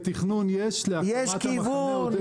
אז אמרתי: תקציב לתכנון יש; להקמת המחנה עוד אין.